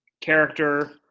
character